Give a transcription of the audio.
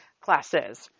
Classes